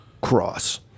cross